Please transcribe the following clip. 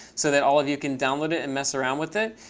so that all of you can download it and mess around with it.